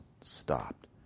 stopped